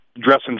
dressing